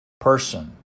person